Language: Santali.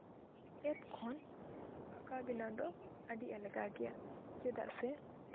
ᱮᱯ ᱠᱷᱚᱱ ᱟᱸᱠᱟᱣ ᱵᱮᱱᱟᱣ ᱫᱚ ᱟᱹᱰᱤ ᱟᱞᱜᱟ ᱜᱮᱭᱟ ᱪᱮᱫᱟᱜ ᱥᱮ